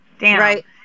right